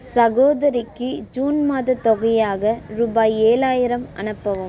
சகோதரிக்கு ஜூன் மாதத் தொகையாக ரூபாய் ஏழாயிரம் அனுப்பவும்